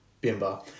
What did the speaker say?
Bimba